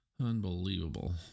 Unbelievable